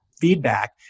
feedback